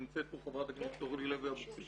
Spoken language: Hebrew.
נמצאת פה חברת הכנסת אורלי לוי אבקסיס